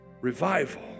revival